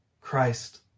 Christ